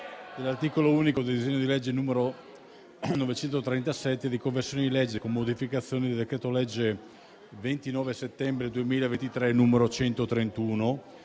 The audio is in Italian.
dell'articolo unico del disegno di legge n. 937, di conversione, con modificazioni, del decreto-legge 29 settembre 2023, n. 131,